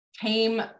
came